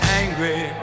angry